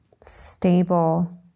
stable